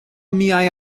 miaj